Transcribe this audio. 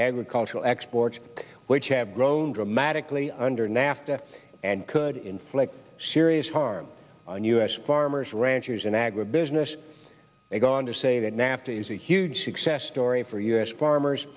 agricultural exports which have grown dramatically under nafta and could inflict serious harm on u s farmers ranchers and agribusiness they go on to say that nafta is a huge success story for us farmers